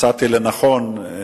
מצאתי לנכון להתייחס לנושא הזה.